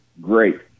great